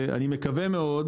ואני מקווה מאוד,